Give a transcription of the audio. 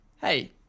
Hey